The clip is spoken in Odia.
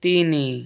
ତିନି